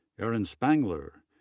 aaron spangler,